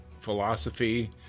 philosophy